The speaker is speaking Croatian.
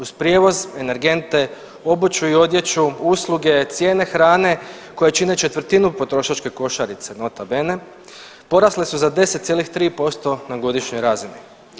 Uz prijevoz, energente, obuću i odjeću, usluge, cijene hrane koje čine četvrtinu potrošačke košarice nota bene porasle su za 10,3% na godišnjoj razini.